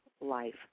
life